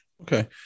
okay